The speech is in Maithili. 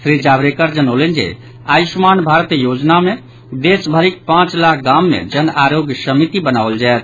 श्री जावड़ेकर जनौलनि जे आयुष्मान भारत योजनाक मे देशभरिक पांच लाख गाम मे जन आरोग्य समिति बनाओल जायत